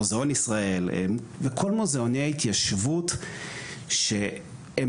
מוזיאון ישראל וכל מוזיאוני התיישבות שהם